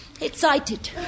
excited